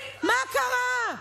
מה קרה?